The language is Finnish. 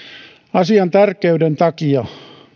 asian tärkeyden takia